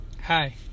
Hi